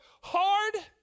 hard